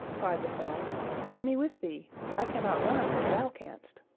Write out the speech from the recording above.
cried the frog take me with thee. i cannot run as thou canst.